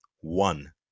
One